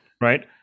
right